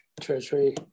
treasury